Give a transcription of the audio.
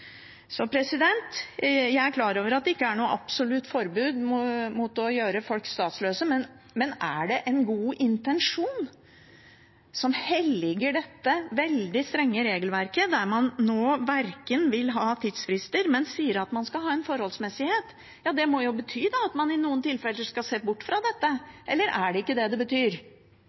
Jeg er klar over at det ikke er noe absolutt forbud mot å gjøre folk statsløse, men er det en god intensjon som helliger dette veldig strenge regelverket, der man nå ikke vil ha tidsfrister, men sier at man skal ha en forholdsmessighet? Det må jo bety at man i noen tilfeller skal se bort fra dette. Eller er det ikke det det betyr?